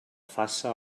faça